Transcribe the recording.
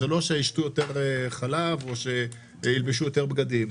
זה לא שישתו יותר חלב או ילבשו יותר בגדים.